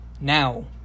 Now